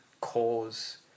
cause